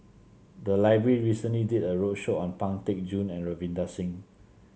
the library recently did a roadshow on Pang Teck Joon and Ravinder Singh